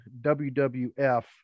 WWF